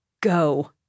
go